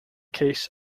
case